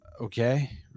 okay